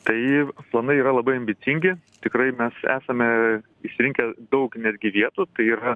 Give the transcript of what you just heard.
tai planai yra labai ambicingi tikrai mes esame išrinkę daug netgi vietų tai yra